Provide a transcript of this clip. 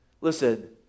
listen